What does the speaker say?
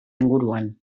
inguruan